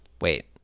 wait